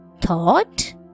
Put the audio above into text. thought